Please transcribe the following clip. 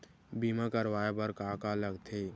बीमा करवाय बर का का लगथे?